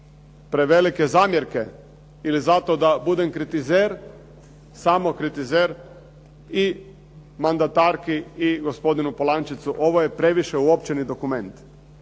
prevelike zamjerke ili zato da budem kritizer, samokritizer i mandatarki i gospodinu Polančecu ovo je previše uopćeni dokument.